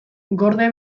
gorde